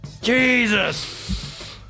Jesus